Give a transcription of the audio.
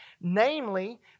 Namely